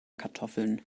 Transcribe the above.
kartoffeln